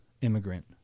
immigrant